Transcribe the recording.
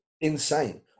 Insane